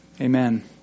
Amen